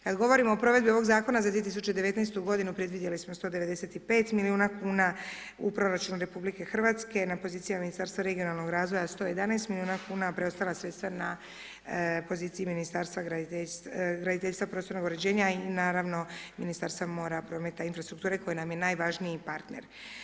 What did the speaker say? Kad govorimo o provedbi ovog zakona za 2019. godinu predvidjeli smo 195 milijuna kuna u proračunu RH na pozicijama Ministarstva regionalnog razvoja 111 milijuna kuna a preostala sredstva na poziciji Ministarstva graditeljstva, prostornog uređenja i naravno Ministarstva mora, prometa i infrastrukture koji nam je najvažniji partner.